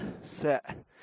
set